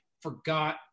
forgot